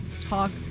Talk